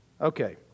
Okay